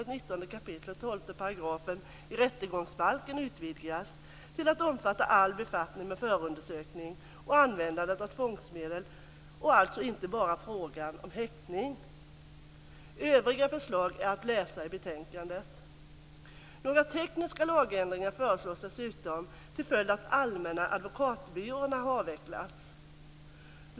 12 § i rättegångsbalken utvidgas till att omfatta all befattning med förundersökning och användande av tvångsmedel och alltså inte bara frågan om häktning. Övriga förslag står att läsa i betänkandet. Några tekniska lagändringar föreslås dessutom till följd av att de allmänna advokatbyråerna har avvecklats.